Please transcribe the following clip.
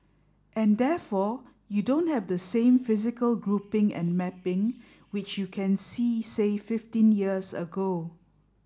and therefore you don't have the same physical grouping and mapping which you can see say fifteen years ago